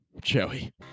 Joey